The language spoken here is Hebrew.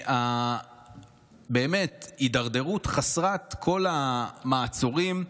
ההידרדרות חסרת כל המעצורים,